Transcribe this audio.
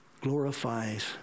glorifies